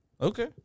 Okay